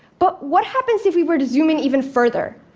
but what happens if we were to zoom in even further?